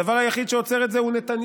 הדבר היחיד שעוצר את זה הוא נתניהו.